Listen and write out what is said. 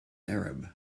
arab